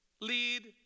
lead